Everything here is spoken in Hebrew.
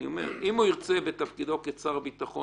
אני אומר שאם הוא ירצה בתפקידו כשר הביטחון